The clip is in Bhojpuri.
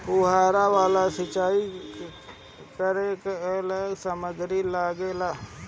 फ़ुहारा वाला सिचाई करे लर का का समाग्री लागे ला?